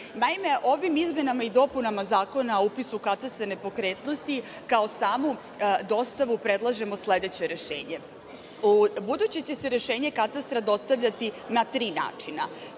Naime, ovim izmenama i dopunama Zakona o upisu u katastar nepokretnosti kao samu dostavu predlažemo sledeće rešenje.U buduće će se rešenje katastra dostavljati na tri načina.